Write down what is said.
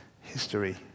History